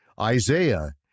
Isaiah